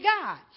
God